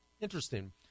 interesting